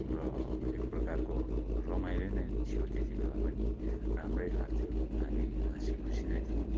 र एक प्रकारको रमाइलो नै थियो त्यतिबेला पनि राम्रै लाग्थ्यो हामी हाँसीखुसी नै थियौँ